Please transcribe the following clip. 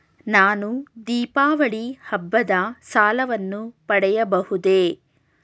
ನಾನು ದೀಪಾವಳಿ ಹಬ್ಬದ ಸಾಲವನ್ನು ಪಡೆಯಬಹುದೇ?